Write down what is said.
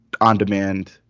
on-demand